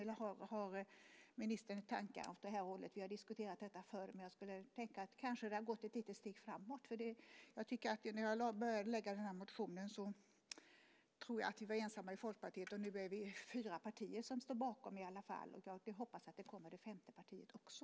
Har ministern tankar åt det här hållet? Vi har diskuterat detta förut, men kanske har det gått ett litet steg framåt. När jag började med att väcka den här motionen tror jag att vi var ensamma i Folkpartiet. Nu är vi fyra partier som står bakom. Jag hoppas att det kommer ett femte parti också.